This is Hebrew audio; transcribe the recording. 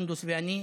סונדוס ואני.